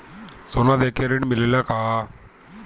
सोना देके ऋण मिलेला का?